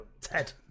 Ted